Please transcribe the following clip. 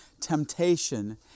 temptation